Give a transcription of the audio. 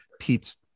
pete's